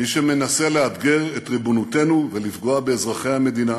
מי שמנסה לאתגר את ריבונותנו ולפגוע באזרחי המדינה,